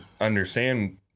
understand